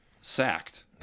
sacked